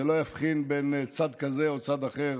זה לא יבחין בין צד כזה או צד אחר